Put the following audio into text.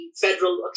federal